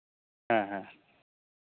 ᱦᱮᱸ ᱦᱮᱸ